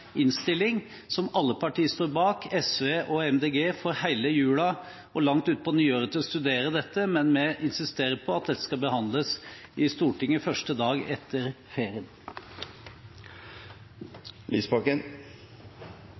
innstilling som alle partier står bak unntatt SV og Miljøpartiet De Grønne – som får hele julen og langt ut på nyåret til å studere dette. Men vi insisterer på at dette skal behandles i Stortinget første dag etter ferien. Representanten Audun Lysbakken